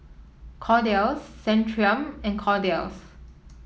Kordel's Centrum and Kordel's